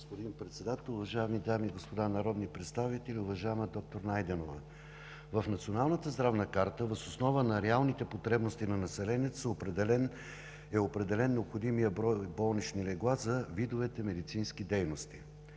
господин Председател, уважаеми дами и господа народни представители! Уважаема доктор Найденова, в Националната здравна карта въз основа на реалните потребности на населението е определен необходимият брой болнични легла за видовете медицински дейности.